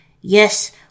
Yes